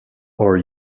are